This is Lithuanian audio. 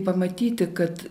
pamatyti kad